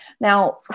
Now